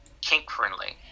kink-friendly